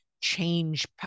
change